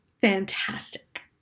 fantastic